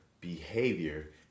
behavior